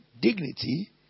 dignity